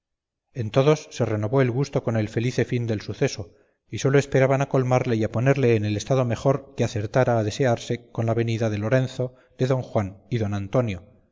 en todos se renovó el gusto con el felice fin del suceso y sólo esperaban a colmarle y a ponerle en el estado mejor que acertara a desearse con la venida de lorenzo de don juan y don antonio